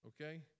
okay